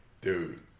Dude